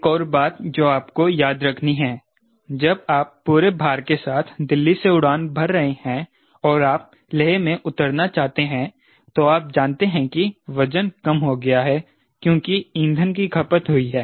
एक और बात जो आपको याद रखनी है जब आप पूरे भार के साथ दिल्ली से उड़ान भर रहे हैं और आप लेह में उतरना चाहते हैं तो आप जानते हैं कि वजन कम हो गया है क्योंकि ईंधन की खपत हुई है